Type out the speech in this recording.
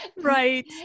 Right